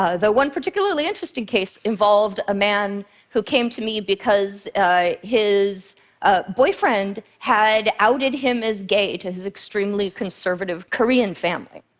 ah the one particularly interesting case involved a man who came to me, because his ah boyfriend had outed him as gay to his extremely conservative korean family.